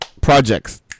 projects